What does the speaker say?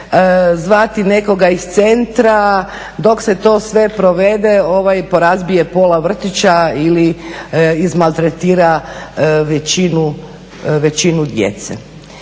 zvati nekoga iz centra dok se sve to provede ovaj porazbije pola vrtića ili izmaltretira većinu djecu.